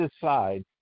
decide